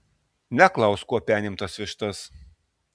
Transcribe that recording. neklausk kuo penim tas vištas